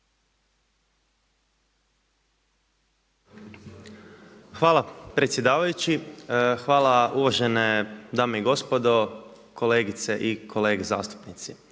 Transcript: Hvala predsjedavajući. Hvala uvažene dame i gospodo, kolegice i kolege zastupnici.